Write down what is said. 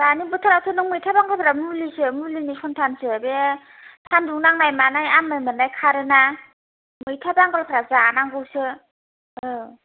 दानि बोथोरावथ' नों मैथा बांगालफ्राबो मुलिसो मुलिनि संथानसो बे सानदुं नांनाय मानाय आमाय मोननाय खारोना मैथा बांगालफ्रा जानांगौसो औ